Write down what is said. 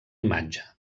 imatge